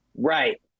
right